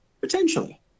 Potentially